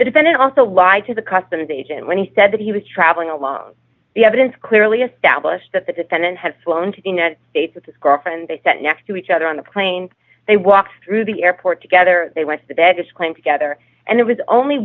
defendant also lied to the customs agent when he said that he was travelling along the evidence clearly established that the defendant had flown to the united states with his girlfriend they sat next to each other on the plane they walked through the airport together they went to bed disclaim together and it was only